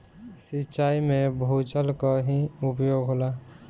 सिंचाई में भूजल क ही उपयोग होला